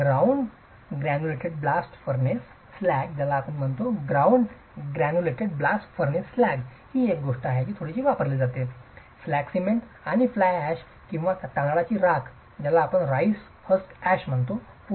ground granulated blast furnace slag ही एक गोष्ट आहे जी थोडीशी वापरली जाते स्लॅग सिमेंट आणि फ्लाय अॅश किंवा तांदळाची राख पुन्हा पोर्टलँड सिमेंटच्या जागी वापरली जाते